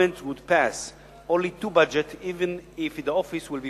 would pass only two budgets even if in office for